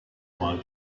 mal